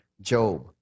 Job